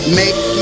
make